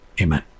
Amen